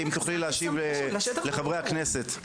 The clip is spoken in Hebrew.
אם תוכלי להשיב לחברי הכנסת.